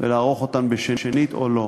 ולערוך אותן בשנית, או לא.